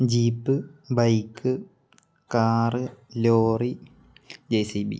jeep bike car lorry JCB